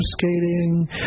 skating